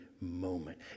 moment